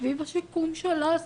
סביב השיקום שלה,